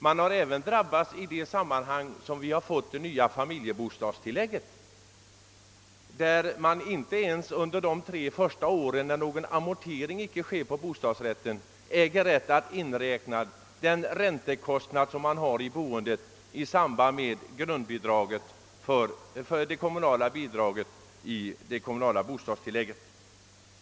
Han har även drabbats i samband med det nya familjebostadstillägget där bostadsrättsinnehavaren inte ens under de tre första åren, när någon amortering icke sker, får inräkna den räntekostnad som man har i boendet i samband med det kommunala bidraget i det kommunala bostadstillägget.